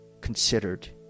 considered